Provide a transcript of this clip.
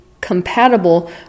compatible